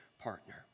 partner